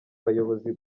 bayobozi